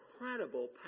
incredible